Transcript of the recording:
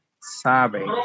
sabe